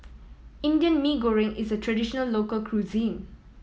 Indian Mee Goreng is a traditional local cuisine